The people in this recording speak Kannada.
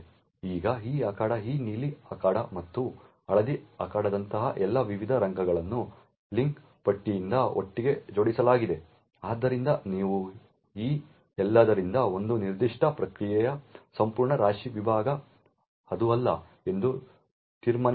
ಈಗ ಈ ಅಖಾಡ ಈ ನೀಲಿ ಅಖಾಡ ಮತ್ತು ಹಳದಿ ಅಖಾಡದಂತಹ ಎಲ್ಲಾ ವಿವಿಧ ರಂಗಗಳನ್ನು ಲಿಂಕ್ ಪಟ್ಟಿಯಿಂದ ಒಟ್ಟಿಗೆ ಜೋಡಿಸಲಾಗಿದೆ ಆದ್ದರಿಂದ ನೀವು ಈ ಎಲ್ಲದರಿಂದ ಒಂದು ನಿರ್ದಿಷ್ಟ ಪ್ರಕ್ರಿಯೆಯ ಸಂಪೂರ್ಣ ರಾಶಿ ವಿಭಾಗ ಅದು ಅಲ್ಲ ಎಂದು ತೀರ್ಮಾನಿಸಬಹುದು